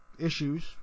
issues